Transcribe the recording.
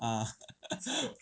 ah